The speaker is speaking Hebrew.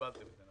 קיבלתם את זה.